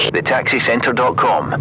TheTaxiCentre.com